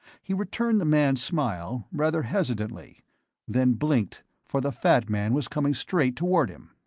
he returned the man's smile, rather hesitantly then blinked, for the fat man was coming straight toward him.